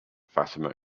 fatima